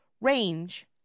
range